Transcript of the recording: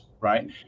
Right